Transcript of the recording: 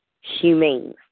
humane